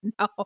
no